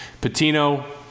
Patino